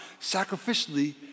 sacrificially